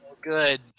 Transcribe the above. Good